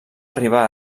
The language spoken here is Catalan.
arribar